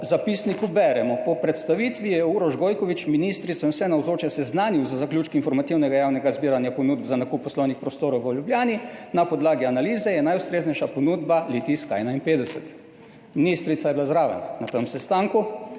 zapisniku beremo, po predstavitvi je Uroš Gojkovič ministrico in vse navzoče seznanil z zaključki informativnega javnega zbiranja ponudb za nakup poslovnih prostorov v Ljubljani, na podlagi analize je najustreznejša ponudba Litijska 51. Ministrica je bila zraven na tem sestanku.